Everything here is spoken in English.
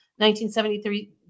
1973